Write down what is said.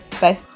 Bye